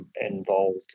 involved